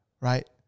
right